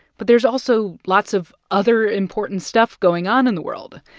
but there's also lots of other important stuff going on in the world,